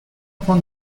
پوند